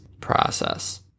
process